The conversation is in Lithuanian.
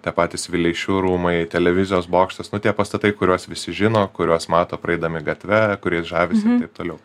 tie patys vileišių rūmai televizijos bokštas nu tie pastatai kuriuos visi žino kuriuos mato praeidami gatve kuriais žavisi taip toliau